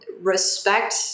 respect